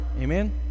Amen